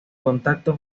contacto